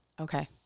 okay